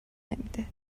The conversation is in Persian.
نمیده